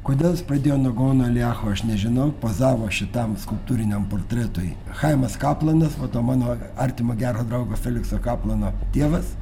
kodėl jis pradėjo nuo gaono iljachu aš nežinau pozavo šitam skulptūriniam portretui chaimas kaplanas va to mano artimo gero draugo felikso kaplano tėvas